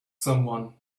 someone